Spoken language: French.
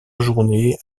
journée